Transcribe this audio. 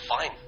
fine